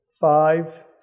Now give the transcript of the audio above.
five